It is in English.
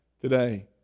today